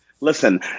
Listen